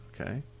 okay